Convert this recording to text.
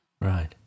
Right